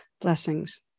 blessings